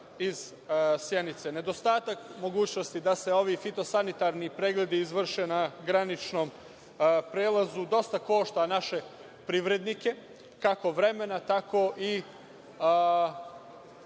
iz Sjenice. Nedostatak mogućnosti da se ovi fito-sanitarni pregledi izvrše na graničnom prelazu dosta košta naše privrednike, kako vremena tako i